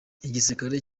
igisirikare